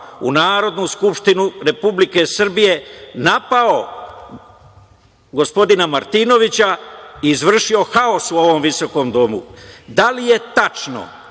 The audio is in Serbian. u Narodnu skupštinu Republike Srbije, napao gospodina Martinovića i izvršio haosu u ovom visokom Domu? Da li je tačno